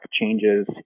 changes